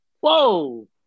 Whoa